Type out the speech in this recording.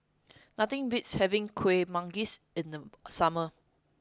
nothing beats having Kuih Manggis in the summer